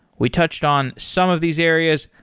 we touched on some of these areas,